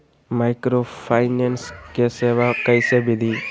Microfinance के सेवा कइसे विधि?